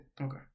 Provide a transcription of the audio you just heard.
Okay